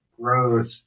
growth